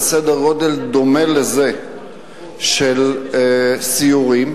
וסדר-גודל דומה לזה של סיורים.